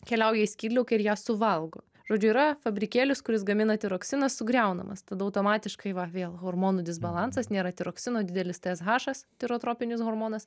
keliauja į skydliaukę ir ją suvalgo žodžiu yra fabrikėlis kuris gamina tiroksiną sugriaunamas tada automatiškai va vėl hormonų disbalansas nėra tiroksino didelis tshas tirotropinis hormonas